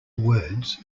words